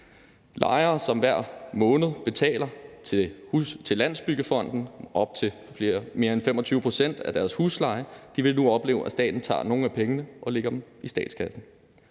Lejere, som hver måned betaler til Landsbyggefonden, op til mere end 25 pct. af deres husleje, vil nu opleve, at staten tager nogle af pengene og lægger dem i statskassen.